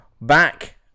Back